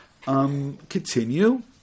Continue